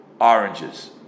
oranges